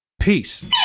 Peace